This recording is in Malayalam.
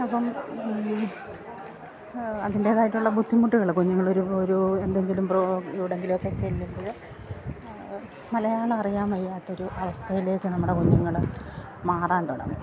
അപ്പോള് അതിൻ്റെതായിട്ടുള്ള ബുദ്ധിമുട്ടുകള് കുഞ്ഞുങ്ങള് ഒരു ഒരു എന്തെങ്കിലും പ്രോ എവിടെയെങ്കിലൊക്കെ ചെല്ലുമ്പോള് മലയാളം അറിയാന് വയ്യാത്തൊരു അവസ്ഥയിലേക്ക് നമ്മുടെ കുഞ്ഞുങ്ങള് മാറാൻ തുടങ്ങി